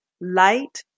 light